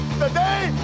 Today